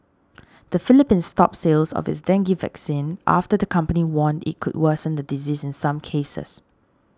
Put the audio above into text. the Philippines stopped sales of its dengue vaccine after the company warned it could worsen the disease in some cases